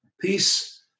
Peace